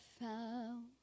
found